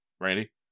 Randy